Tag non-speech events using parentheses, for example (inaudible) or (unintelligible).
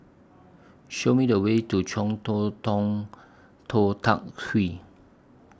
Show Me The Way to Chong (unintelligible) Tong Tou Teck Hwee